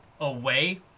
away